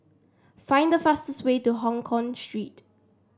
find the fastest way to Hongkong Street